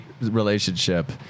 relationship